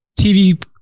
TV